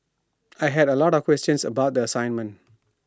I had A lot of questions about the assignment